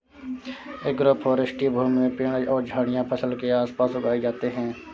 agroforestry भूमि में पेड़ और झाड़ियाँ फसल के आस पास उगाई जाते है